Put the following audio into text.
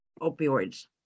opioids